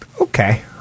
Okay